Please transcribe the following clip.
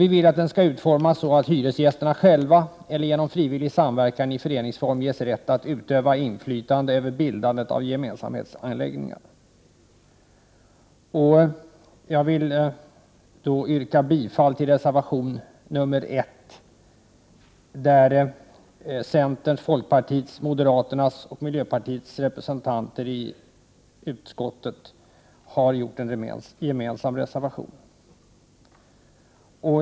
Vi vill att den skall utformas så att hyresgästerna själva eller genom frivillig samverkan i förening ges rätt att utöva inflytande över bildandet av gemensamhetsanläggningar. Jag vill därmed yrka bifall till reservation nr 1, där centerns, folkpartiets, moderaternas och miljöpartiets representanter i utskottet har avgett en gemensam reservation.